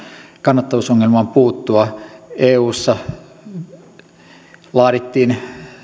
kannattavuusongelmaan puuttua eussa laadittiin